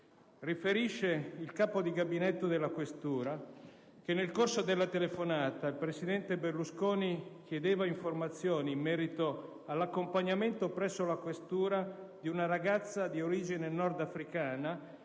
Riferisce il capo di gabinetto della questura che, nel corso della telefonata, il presidente Berlusconi chiedeva informazioni in merito all'accompagnamento presso la questura di una ragazza di origine nordafricana,